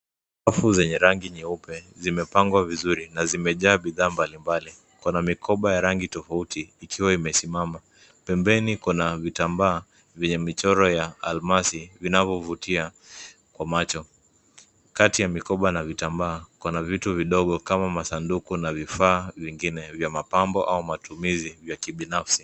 Rafu zenye rangi nyeupe zimepangwa vizuri na zimejaa bidhaa mbalimbali, kuna mikoba ya rangi tofauti ikiwa imesimama. Pembeni kuna vitambaa vyenye michoro ya almasi vinavovutia kwa macho. Kati ya mikoba na vitambaa kuna vitu vidogo kama masanduku na vifaa vingine vya mapambo au matumizi vya kibinafsi.